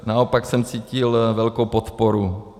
Naopak jsem cítil velkou podporu.